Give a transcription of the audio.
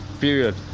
period